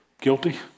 Guilty